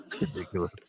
Ridiculous